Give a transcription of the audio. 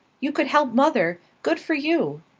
you could help mother! good for you!